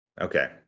Okay